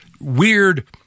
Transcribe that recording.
weird